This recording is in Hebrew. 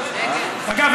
אגב,